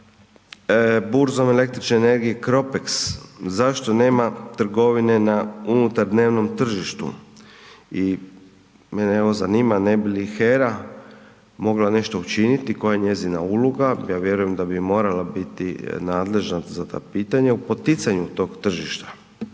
burzom električne energije CROPEX? Zašto nema trgovine na unutar dnevnom tržištu? I mene evo zanima ne bi li HERA mogla nešto učiniti i koja je njezina uloga? Ja vjerujem da bi morala biti nadležna za ta pitanja u poticanju tog tržišta.